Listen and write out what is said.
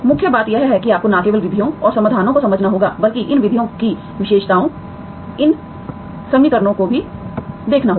मुख्य बात यह है कि आपको न केवल विधियों और समाधानों को समझना होगा बल्कि इन विधियों की विशेषताओं इन समीकरणों को भी देखना होगा